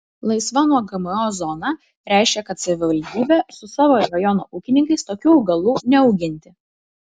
laisva nuo gmo zona reiškia kad savivaldybė su savo rajono ūkininkais tokių augalų neauginti